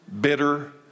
bitter